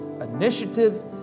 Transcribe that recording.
initiative